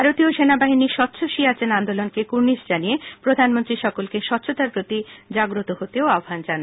ভারতীয় সেনাবাহিনীর স্বচ্ছ সিয়াচেন অন্দোলনকে কুর্নিশ জানিয়ে প্রধানমন্ত্রী সকলকে স্বচ্ছতার প্রতি আগ্রত হতে আহ্বান জানান